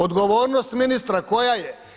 Odgovornost ministra, koja je